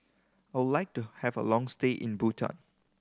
I would like to have a long stay in Bhutan